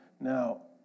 Now